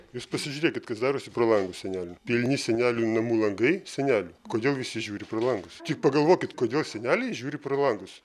jūs pasižiūrėkit kas darosi pro langus senelių pilni senelių namų langai senelių kodėl visi žiūri pro langus tik pagalvokit kodėl seneliai žiūri pro langus